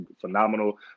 phenomenal